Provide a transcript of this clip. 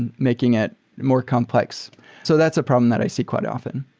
and making it more complex so that's a problem that i see quite often.